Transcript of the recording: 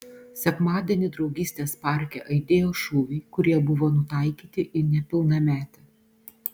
sekmadienį draugystės parke aidėjo šūviai kurie buvo nutaikyti į nepilnametę